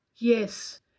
Yes